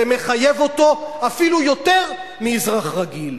זה מחייב אותו אפילו יותר מאזרח רגיל.